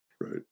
Right